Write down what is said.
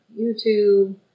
YouTube